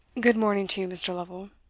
good-morning to you, mr. lovel.